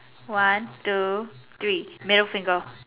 one two three middle finger